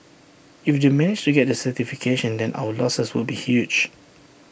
if they managed to get the certification then our losses would be huge